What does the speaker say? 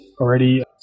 already